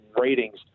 ratings